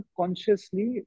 consciously